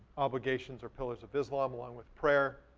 obligations or pillars of islam, along with prayer,